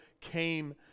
came